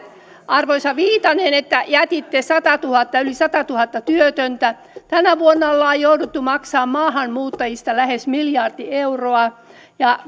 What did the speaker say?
arvoisa viitanen että jätitte yli satatuhatta työtöntä tänä vuonna ollaan jouduttu maksamaan maahanmuuttajista lähes miljardi euroa ja